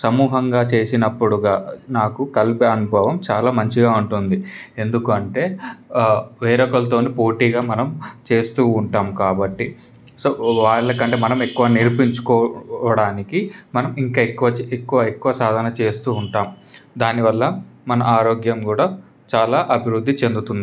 సమూహంగా చేసినప్పుడుగా నాకు కలిపి అనుభవం చాలా మంచిగా ఉంటుంది ఎందుకంటే వేరే ఒకోళ్లతోను పోటీగా మనం చేస్తూ ఉంటాం కాబట్టి సో వాళ్ళ కంటే మనం ఎక్కువ నేర్పించుకోవడానికి మనం ఇంకా ఎక్కువ ఎక్కువ ఎక్కువ సాధన చేస్తూ ఉంటాం దానివల్ల మన ఆరోగ్యం కూడా చాలా అభివృద్ధి చెందుతుంది